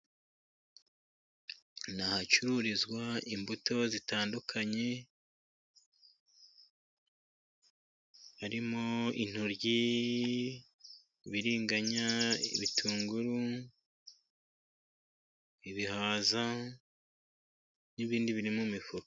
Ni ahacururizwa imbuto zitandukanye harimo intoryi, ibibiringanya, ibitunguru, ibihaza, n'ibindi biri mu mifuka.